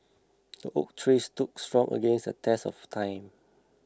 the oak tree stood strong against the test of time